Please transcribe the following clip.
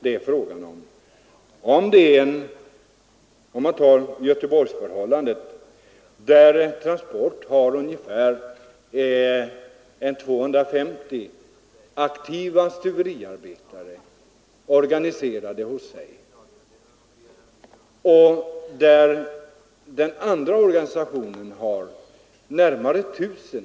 Man kan som exempel ta förhållandena i Göteborg, där Transport har ungefär 250 aktiva stuveriarbetare organiserade hos sig och där den andra organisationen har närmare 1 000.